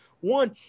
one